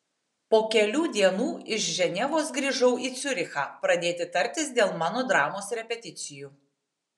po kelių dienų iš ženevos grįžau į ciurichą pradėti tartis dėl mano dramos repeticijų